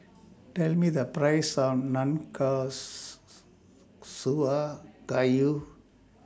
Tell Me The Price of Gayu